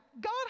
God